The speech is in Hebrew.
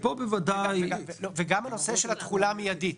וגם הנושא של התחולה המיידית.